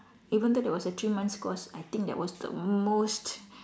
even thought that was a three months course I think that was the most